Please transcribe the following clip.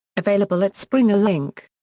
available at springer link.